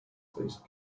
faced